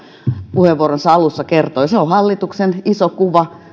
puheenvuoronsa alussa kertoi se on hallituksen iso kuva